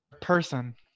person